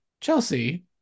Chelsea